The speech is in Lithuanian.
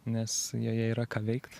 nes joje yra ką veikt